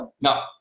No